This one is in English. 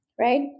right